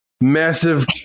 massive